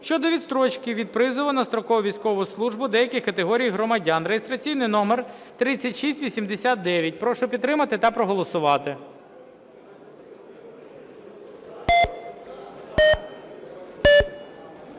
щодо відстрочки від призову на строкову військову службу деяких категорій громадян (реєстраційний номер 3689). Прошу підтримати та проголосувати.